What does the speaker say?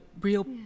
real